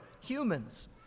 humans